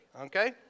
okay